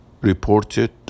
Reported